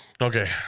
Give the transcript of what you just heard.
Okay